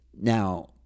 Now